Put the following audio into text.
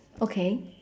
okay